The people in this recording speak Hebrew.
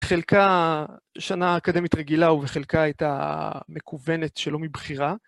חלקה שנה אקדמית רגילה ובחלקה הייתה מקוונת שלא מבחירה.